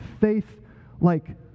faith-like